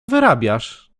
wyrabiasz